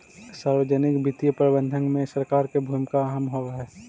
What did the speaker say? सार्वजनिक वित्तीय प्रबंधन में सरकार के भूमिका अहम होवऽ हइ